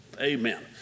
Amen